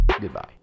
Goodbye